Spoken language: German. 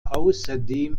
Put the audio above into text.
außerdem